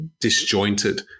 disjointed